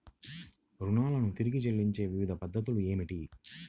రుణాలను తిరిగి చెల్లించే వివిధ పద్ధతులు ఏమిటి?